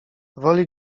woli